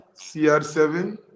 CR7